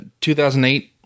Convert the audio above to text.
2008